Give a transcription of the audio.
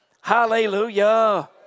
Hallelujah